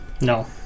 No